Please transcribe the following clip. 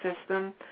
system